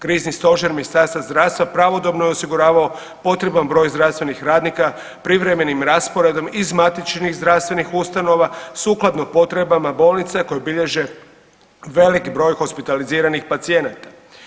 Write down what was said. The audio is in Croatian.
Krizni stožer Ministarstva zdravstva pravodobno je osiguravao potreban broj zdravstvenih radnika, privremenim rasporedom iz matičnih zdravstvenih ustanova, sukladno potrebama bolnica koje bilježe velik broj hospitaliziranih pacijenata.